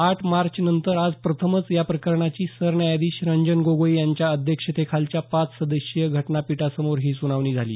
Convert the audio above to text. आठ मार्च नंतर आज प्रथमच या प्रकरणाची सरन्यायाधीश रंजन गोगोई यांच्या अध्यक्षतेखालच्या पाच सदस्यीय घटनापीठासमोर ही सुनावणी झाली